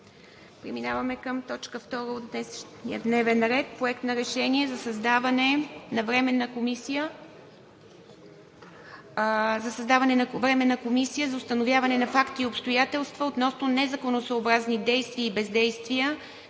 Преминаваме към точка втора от днешния дневен ред: